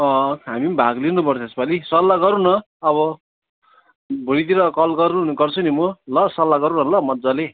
अँ हामी पनि भाग लिनुपर्छ यसपालि सल्लाह गरौँ न अब भोलितिर कल गर्नु नि गर्छु नि म ल सल्लाह गरौँ न ल मजाले